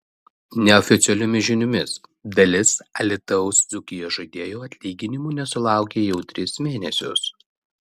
neoficialiomis žiniomis dalis alytaus dzūkijos žaidėjų atlyginimų nesulaukia jau tris mėnesius